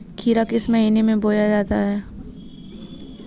खीरा किस महीने में बोया जाता है?